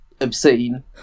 obscene